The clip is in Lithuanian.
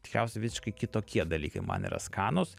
tikriausiai visiškai kitokie dalykai man yra skanūs